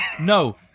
no